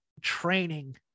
training